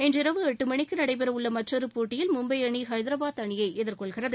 இன்றிரவு எட்டு மணிக்கு நடைபெறவுள்ள மற்றொரு போட்டியில் மும்பை அணி ஐதராபாத் அணியை எதிர் கொள்கிறது